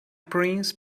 prince